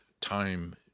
time